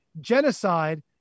Genocide